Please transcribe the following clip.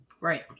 Right